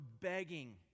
begging